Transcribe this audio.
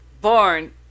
born